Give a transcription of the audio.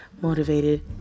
motivated